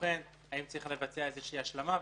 בוחן האם צריך לבצע השלמה.